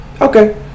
okay